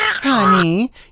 Honey